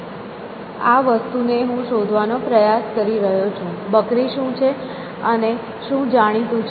આ વસ્તુને હું શોધવાનો પ્રયાસ કરી રહ્યો છું બકરી શું છે અને શું જાણીતું છે